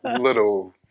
little